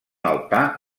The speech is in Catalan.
altar